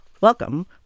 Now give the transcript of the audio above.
Welcome